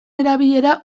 erabilera